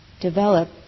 develop